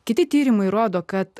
kiti tyrimai rodo kad